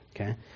okay